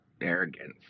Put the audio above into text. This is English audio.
arrogance